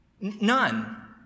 None